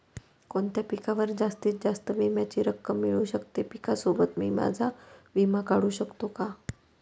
कोणत्या पिकावर जास्तीत जास्त विम्याची रक्कम मिळू शकते? पिकासोबत मी माझा विमा काढू शकतो का?